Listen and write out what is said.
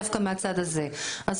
היא דווקא מהצד הזה --- לא,